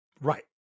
Right